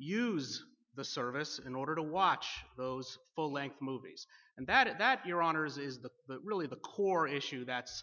use the service in order to watch those full length movies and that is that your honour's is the really the core issue that's